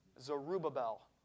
Zerubbabel